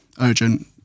urgent